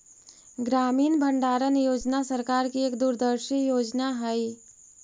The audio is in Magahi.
ग्रामीण भंडारण योजना सरकार की एक दूरदर्शी योजना हई